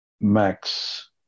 Max